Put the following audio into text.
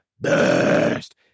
Best